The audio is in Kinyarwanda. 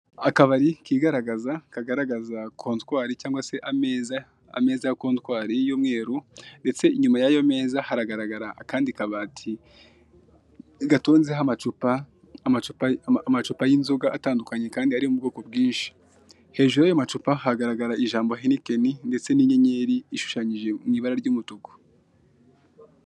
Akabari kigaragaza, kagaragaza kontwari cyangwa ameza, ameza ya kontwari y'umweru ndetse inyuma yayo meza haragaragara akandi kabati, gatonzeho amacupa y'inzoga atandukanye kandi ario ubwoko bwinshi. hejuru yayo macupa haragaragara ijambo henikeni ndetse n'inyenyeri ishushanyije mwibara ry'umutuku.